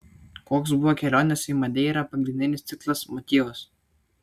koks buvo kelionės į madeirą pagrindinis tikslas motyvas